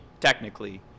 technically